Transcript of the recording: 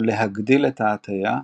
ולהגדיל את ההטיה,